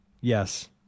Yes